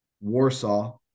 Warsaw